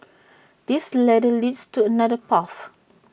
this ladder leads to another path